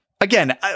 Again